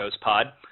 pod